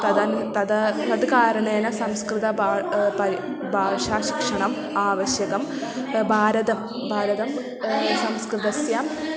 तदा तदा तद् कारणेन संस्कृतषा उपरि भाषाशिक्षणम् आवश्यकं भारतं भारतं संस्कृतस्य